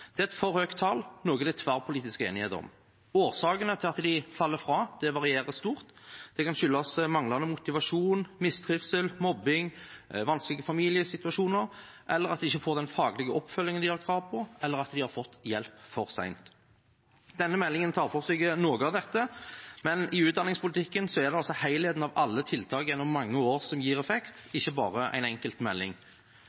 Det er et for høyt tall, noe det er tverrpolitisk enighet om. Årsakene til at de faller fra, varierer stort. Det kan skyldes manglende motivasjon, mistrivsel, mobbing, vanskelige familiesituasjoner, at de ikke får den faglige oppfølgingen de har krav på, eller at de har fått hjelp for sent. Denne meldingen tar for seg noe av dette, men i utdanningspolitikken er det helheten av alle tiltakene gjennom mange år som gir effekt,